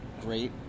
great